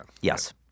Yes